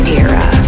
era